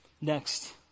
Next